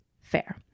fair